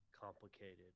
complicated